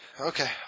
Okay